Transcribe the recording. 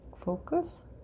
focus